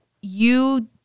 you-